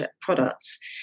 products